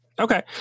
Okay